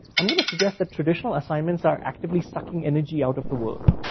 i'm gonna suggest that traditional assignments are actively sucking energy out of the world.